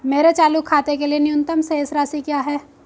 मेरे चालू खाते के लिए न्यूनतम शेष राशि क्या है?